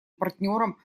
партнерам